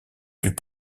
plus